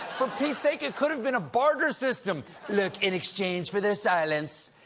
for pete's sake, it could have been a barter system look, in exchange for their silence,